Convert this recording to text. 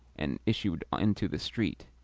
and issued into the street.